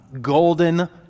golden